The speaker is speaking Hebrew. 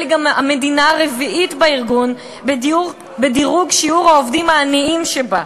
היא גם המדינה הרביעית בארגון בדירוג שיעור העובדים העניים שבה.